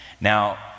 Now